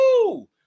Woo